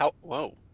Whoa